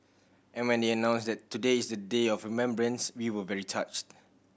and when they announced that today is a day of remembrance we were very touched